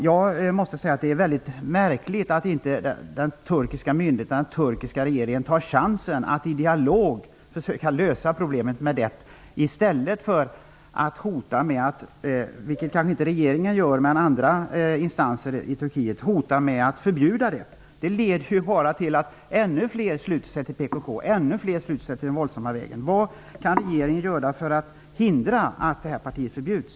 Jag måste säga att det är märkligt att inte de turkiska myndigheterna och den turkiska regeringen tar chansen att i dialog försöka lösa problemet med DEP i stället för att hota med att förbjuda det, vilket kanske inte regeringen men väl andra instanser gör. Det leder ju bara till att ännu fler sluter sig till PKK, ännu fler sluter sig till den våldsamma vägen. Vad kan regeringen göra för att hindra att det här partiet förbjuds?